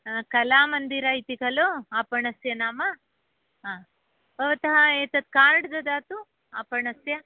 कलामन्दिर इति खलु आपणस्य नाम हा भवतः एतत् कार्ड् ददातु आपणस्य